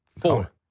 Four